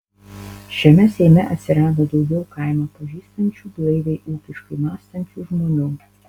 šiame seime atsirado daugiau kaimą pažįstančių blaiviai ūkiškai mąstančių žmonių